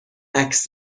عکس